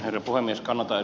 herra puhemies